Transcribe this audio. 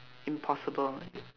impossible